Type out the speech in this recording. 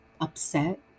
upset